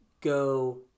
go